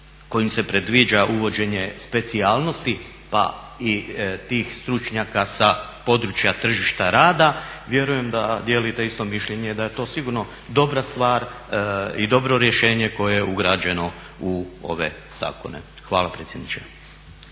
kojim se predviđa uvođenje specijalnosti pa i tih stručnjaka sa područja tržišta rada vjerujem da dijelite isto mišljenje da je to sigurno dobra stvar i dobro rješenje koje je ugrađeno u ove zakone. Hvala predsjedniče.